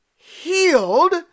healed